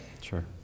Sure